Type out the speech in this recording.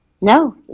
No